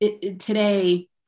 Today